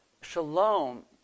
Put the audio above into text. Shalom